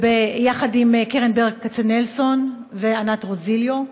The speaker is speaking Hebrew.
יחד עם קרן ברל כצנלסון וענת רוזיליו,